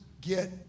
get